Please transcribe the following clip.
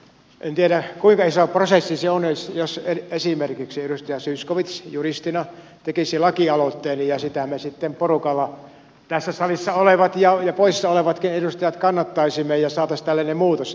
en tiedä kuinka iso prosessi se olisi jos esimerkiksi edustaja zyskowicz juristina tekisi lakialoitteen ja sitä me sitten porukalla tässä salissa olevat ja poissa olevatkin edustajat kannattaisimme ja saataisiin tällainen muutos